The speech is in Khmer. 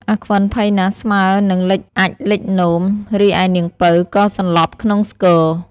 អាខ្វិន ភ័យណាស់ស្មើរនឹងលេចអាចម៍លេចនោម រីឯនាងពៅ ក៏សន្លប់ក្នុងស្គរ។